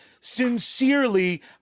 sincerely